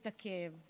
את הכאב.